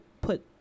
put